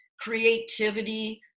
creativity